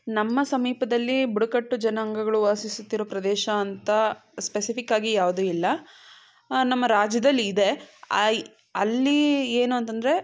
ನಮ್ಮ ಸಮೀಪದಲ್ಲಿ ಬುಡಕಟ್ಟು ಜನಾಂಗಗಳು ವಾಸಿಸುತ್ತಿರೋ ಪ್ರದೇಶ ಅಂತ ಸ್ಪೆಸಿಫಿಕ್ಕಾಗಿ ಯಾವುದೂ ಇಲ್ಲ ನಮ್ಮ ರಾಜ್ಯದಲ್ಲಿ ಇದೆ ಆಯ್ ಅಲ್ಲಿ ಏನು ಅಂತಂದರೆ